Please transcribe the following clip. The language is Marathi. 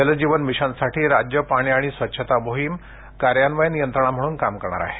जल जीवन मिशनसाठी राज्य पाणी आणि स्वच्छता मोहीम कार्यान्वयन यंत्रणा म्हणून काम करणार आहे